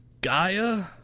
Gaia